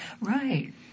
right